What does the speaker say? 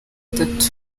batatu